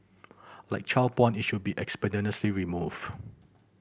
like child porn it should be expeditiously removed